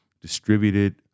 distributed